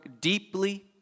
deeply